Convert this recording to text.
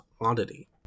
oddity